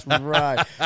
Right